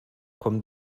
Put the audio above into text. kommen